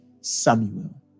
Samuel